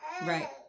Right